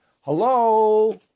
Hello